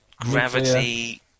gravity